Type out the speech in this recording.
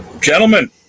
Gentlemen